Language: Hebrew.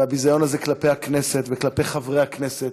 הביזיון הזה כלפי הכנסת וכלפי חברי הכנסת.